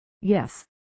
Yes